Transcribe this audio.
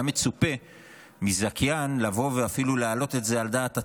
היה מצופה מזכיין לבוא ואפילו להעלות את זה על דעת עצמו,